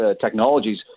technologies